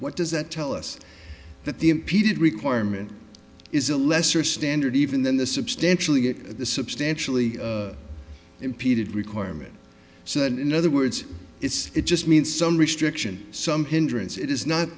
what does that tell us that the impeded requirement is a lesser standard even than the substantially the substantially impeded requirement so than in other words is it just means some restriction some hindrance it is not